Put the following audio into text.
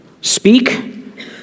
Speak